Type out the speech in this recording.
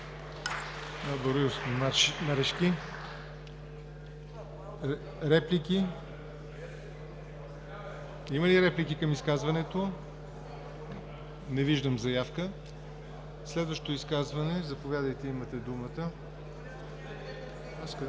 Марешки. Реплики? Има ли реплики към изказването? Не виждам заявка. Следващо изказване. Заповядайте, имате думата. (Шум